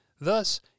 Thus